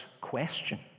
question